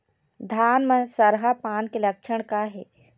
धान म सरहा पान के लक्षण का हे?